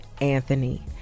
anthony